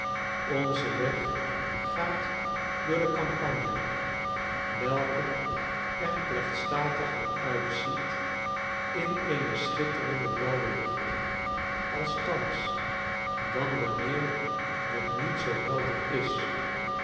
onze weg gaat door de campagna welke er plechtstatiger uitziet in eene schitterend blauwe lucht als thans dan wanneer het niet zoo helder is